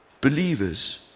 believers